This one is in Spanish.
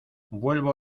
vuelvo